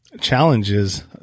challenges